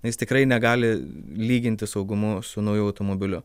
na jis tikrai negali lygintis saugumu su nauju automobiliu